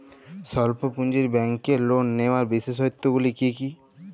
স্বল্প পুঁজির ব্যাংকের লোন নেওয়ার বিশেষত্বগুলি কী কী?